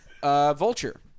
Vulture